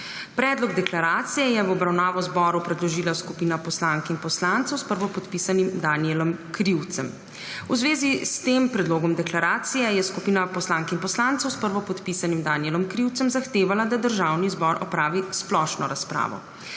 Predlog zakona je v obravnavo Državnemu zboru predložila skupina poslank in poslancev s prvopodpisanim Danijelom Krivcem. V zvezi s tem predlogom zakona je skupina poslank in poslancev s prvopodpisanim Danijelom Krivcem zahtevala, da Državni zbor opravi splošno razpravo.